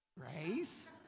Grace